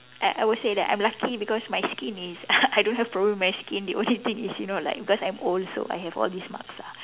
I I would say that I'm lucky because my skin is I don't have problem with my skin the only thing is you know like because I'm old so I have all these marks ah